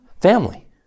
Family